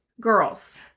girls